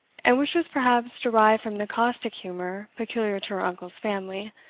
and which was perhaps derived from the caustic humour peculiar to her uncle's family,